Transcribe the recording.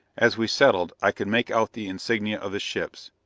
as we settled, i could make out the insignia of the ships,